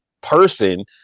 person